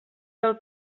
del